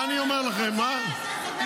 אני אומר לכם --- בגללכם.